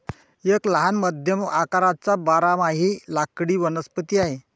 एक लहान मध्यम आकाराचा बारमाही लाकडी वनस्पती आहे